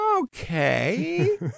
Okay